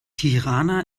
tirana